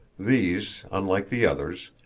these, unlike the others,